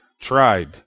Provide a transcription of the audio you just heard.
tried